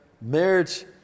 Marriage